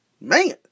Man